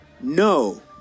no